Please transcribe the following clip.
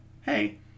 hey